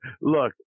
look